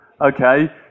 okay